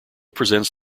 presents